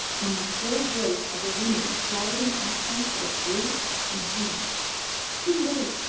and the shrill voice of a woman cried in accents of rage and pain too late!